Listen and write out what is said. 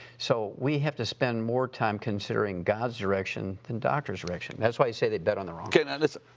so we have to spend more time considering god's direction than doctor's direction. that's why i say they bet on the wrong horse. okay, now listen.